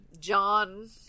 John